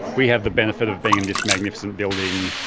we have the benefit of being in this magnificent building.